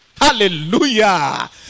Hallelujah